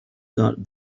got